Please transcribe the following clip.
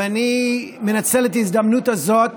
ואני מנצל את ההזדמנות הזאת